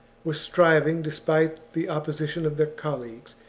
were striving, despite the opposition of their colleagues,